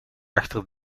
achter